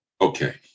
okay